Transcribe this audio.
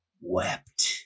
wept